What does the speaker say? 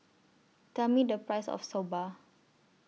Tell Me The Price of Soba